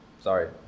sorry